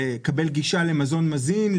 לקבל גישה למזון מזין,